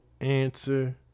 answer